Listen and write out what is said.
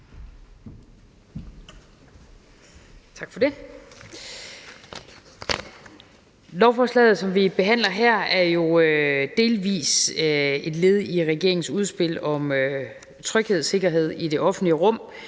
Tak for det. Lovforslaget, som vi behandler her, er jo delvis et led i regeringens udspil om tryghed og sikkerhed i det offentlige rum,